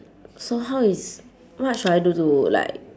so how is what should I do to like